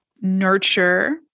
nurture